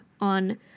on